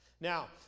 Now